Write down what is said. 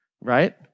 right